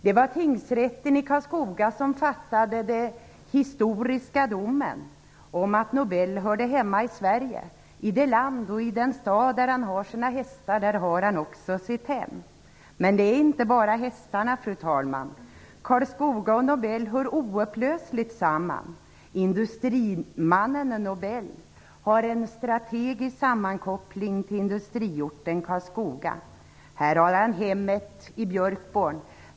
Det var Tingsrätten i Karlskoga som fattade den historiska domen om att Nobel hörde hemma i Sverige. I det land och i den stad där han hade sina hästar, där hade han också sitt hem. Men det är inte bara hästarna, fru talman! Karlskoga och Nobel hör oupplösligt samman. Industrimannen Nobel har en strategisk sammankoppling till industriorten Karlskoga. Här finns hemmet i Björkborn.